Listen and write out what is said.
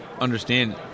understand